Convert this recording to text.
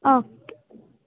okay